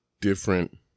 different